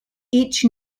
each